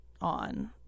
on